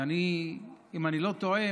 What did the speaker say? אם אני לא טועה,